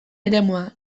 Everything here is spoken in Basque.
eremua